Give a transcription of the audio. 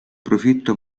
profitto